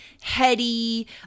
heady